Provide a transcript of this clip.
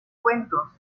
cuentos